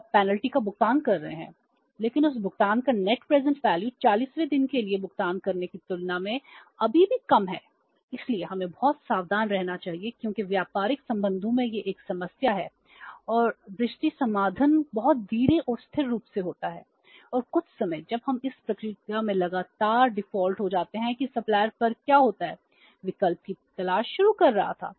तो आप पेनल्टी का भुगतान कर रहे हैं लेकिन उस भुगतान का नेट प्रेजेंट वैल्यू पर क्या होता है विकल्प की तलाश शुरू कर रहा था